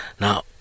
Now